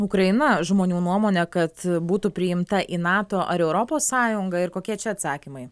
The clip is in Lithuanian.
ukraina žmonių nuomone kad būtų priimta į nato ar į europos sąjungą ir kokie čia atsakymai